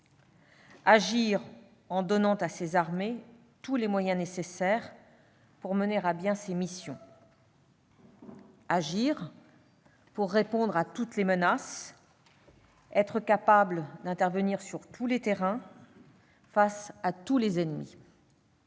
agir en donnant à ses armées tous les moyens nécessaires pour mener à bien leurs missions. Elle doit agir pour répondre à toutes les menaces, être capable d'intervenir sur tous les terrains face à tous les ennemis.